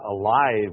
alive